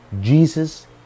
Jesus